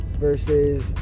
versus